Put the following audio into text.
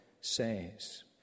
says